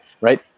right